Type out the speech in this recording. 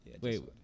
wait